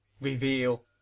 reveal